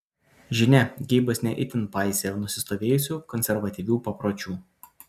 žinia geibas ne itin paisė nusistovėjusių konservatyvių papročių